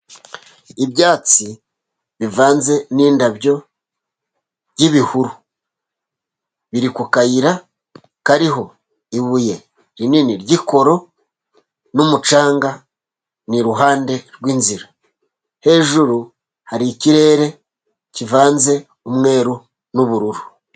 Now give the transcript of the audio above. Ibyatsi bivanze n'indabyo by'ibihuru, biri ku kayira kariho ibuye rinini ry'ikoro, n'umucanga, ni iruhande rw'inzira, hejuru hari ikirere kivanze umweru n'ubururu.